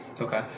Okay